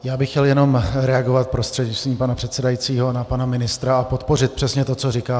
Já bych chtěl jenom reagovat prostřednictvím pana předsedajícího na pana ministra a podpořit přesně to, co říkal.